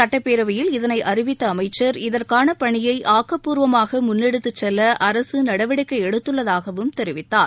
சட்டப்பேரவையில் இதனை அறிவித்த அமைச்சர் இதற்கான பணியை ஆக்கப்பூர்வமாக முன்னெடுத்துச் செல்ல அரசு நடவடிக்கை எடுத்துள்ளதாகவும் தெரிவித்தார்